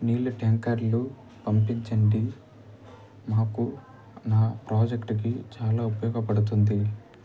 నీళ్ళ ట్యాంకర్లు పంపించండి మాకు నా ప్రాజెక్ట్కి చాలా ఉపయోగపడుతుంది